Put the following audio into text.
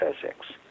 physics